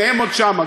שניהם עוד שם,